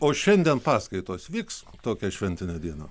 o šiandien paskaitos vyks tokią šventinę dieną